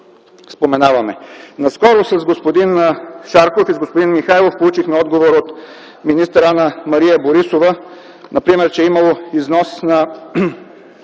Наскоро с господин Шарков и господин Михайлов получихме отговор от министър Анна-Мария Борисова, че имало износ на